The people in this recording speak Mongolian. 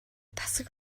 тасаг